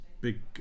big